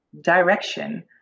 direction